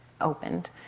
opened